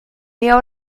mehr